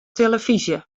tillefyzje